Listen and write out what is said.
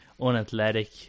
unathletic